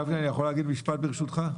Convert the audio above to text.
גפני, אני יכול להגיד משפט, ברשותך?